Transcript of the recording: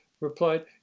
replied